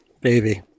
baby